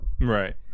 right